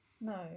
no